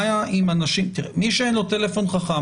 למי שאין טלפון חכם,